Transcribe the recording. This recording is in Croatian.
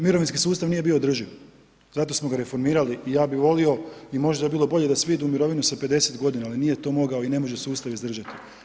Mirovinski sustav nije bio održiv, zato smo ga reformirali, ja bi volio i možda bi bilo bolje da svi idu u mirovinu sa 50 g. ali nije to mogao i ne može sustav izdržat.